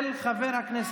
של חבר הכנסת,